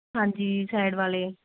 ਹਾਂਜੀ ਸੈਡ ਵਾਲ਼ੇ